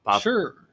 Sure